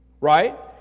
Right